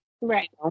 Right